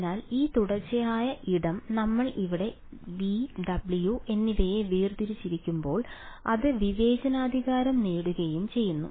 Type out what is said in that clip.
അതിനാൽ ഈ തുടർച്ചയായ ഇടം നമ്മൾ ഇവിടെ V W എന്നിവയെ വേർതിരിച്ചറിയുമ്പോൾ അത് വിവേചനാധികാരം നേടുകയും ചെയ്യുന്നു